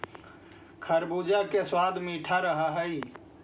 खरबूजा के सबाद मीठा रह हई